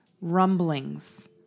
rumblings